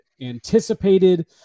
anticipated